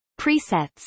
presets